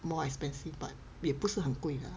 more expensive but 也不是很贵的